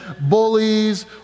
bullies